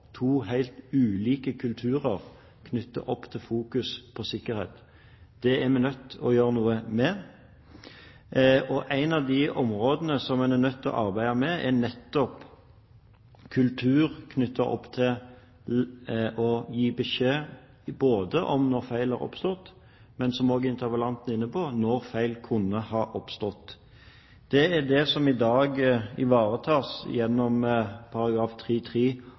to helt ulike kulturer knyttet til fokus på sikkerhet. Det er vi nødt til å gjøre noe med. Et av områdene en er nødt til å arbeide med, er nettopp kulturen knyttet til å gi beskjed både om når feil har oppstått og også – som interpellanten er inne på – når feil kunne ha oppstått. Det er det som i dag ivaretas gjennom